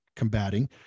combating